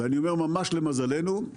ואני אומר ממש למזלנו,